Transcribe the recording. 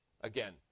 again